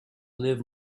live